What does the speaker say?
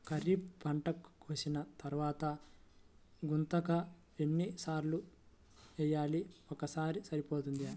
ఖరీఫ్ పంట కోసిన తరువాత గుంతక ఎన్ని సార్లు వేయాలి? ఒక్కసారి సరిపోతుందా?